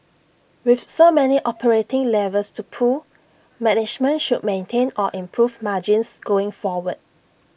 with so many operating levers to pull management should maintain or improve margins going forward